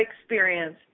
experience